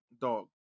dog